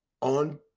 on